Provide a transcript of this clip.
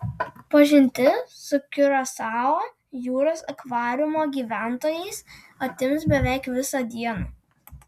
pažintis su kiurasao jūros akvariumo gyventojais atims beveik visą dieną